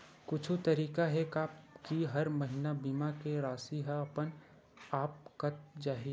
कुछु तरीका हे का कि हर महीना बीमा के राशि हा अपन आप कत जाय?